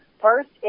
first